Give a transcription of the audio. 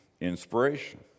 inspiration